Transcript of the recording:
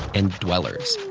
and dwellers.